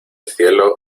cielo